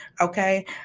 Okay